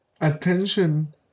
attention